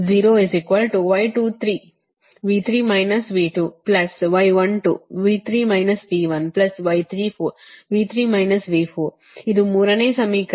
ಇದು ಮೂರನೇ ಸಮೀಕರಣ